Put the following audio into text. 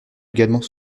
également